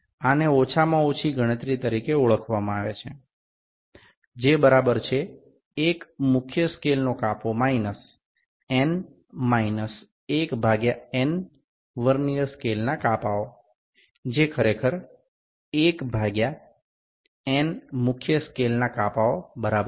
આને ઓછામાં ઓછી ગણતરી તરીકે ઓળખવામાં આવે છે જે બરાબર છે એક મુખ્ય સ્કેલનો કાપો માઇનસ n માઇનસ 1 ભાગ્યા n વર્નીઅર સ્કેલના કાપાઓ જે ખરેખર 1 ભાગ્યા n મુખ્ય સ્કેલના કાપાઓ બરાબર છે